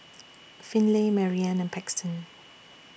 Finley Marianne and Paxton